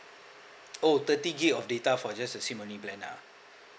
oh thirty gig of data for just the SIM only plan ah